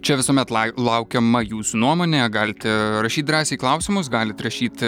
čia visuomet lai laukiama jūsų nuomone galite rašyt drąsiai klausimus galit rašyt